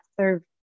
serve